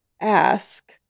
ask